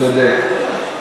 צודק.